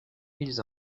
ils